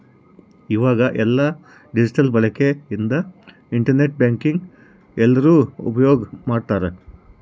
ಈವಾಗ ಎಲ್ಲ ಡಿಜಿಟಲ್ ಬಳಕೆ ಇಂದ ಇಂಟರ್ ನೆಟ್ ಬ್ಯಾಂಕಿಂಗ್ ಎಲ್ರೂ ಉಪ್ಯೋಗ್ ಮಾಡ್ತಾರ